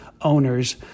owners